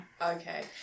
Okay